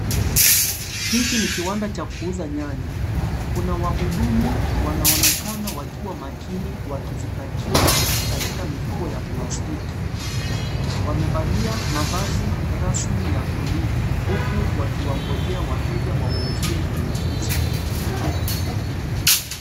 Hiki ni kiwanda cha kuuza nyanya. Kuna wahudumu wanaonekana wakiwa makini wakizipakia katika mifuko ya plastiki. Wamevalia mavazi rasmi ya bluu huku wakiwangojea wateja wawauzie nyanya hizo.